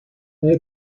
های